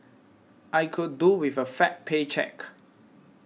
I could do with a fat paycheck